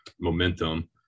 momentum